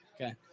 Okay